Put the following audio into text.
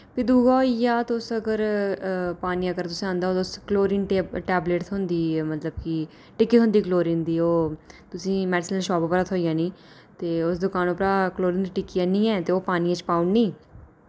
फ्ही दुआ होई गेआ तुस अगर पानी अगर तुसें आह्नदा क्लोरीन टेब टैबलेट थ्होंदी मतलब कि टिक्की थ्होंदी क्लोरीन दी ओह् तुसें ई मेडिसिन आह्ली शाप दा थ्होई जानी ते उस दूकान उप्पर क्लोरीन दी टिक्की आह्नियै ते ओह् पानिये च पाई ओड़नी